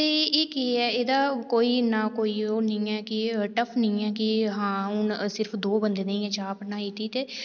ऐ के है एहदा कोई इन्ना कोई ओह् नेईं ऐ कि टफ नेईं ऐ कि हां अंऊ हून सिर्फ दऊं बंदे लेई गै चाह् बनाई ते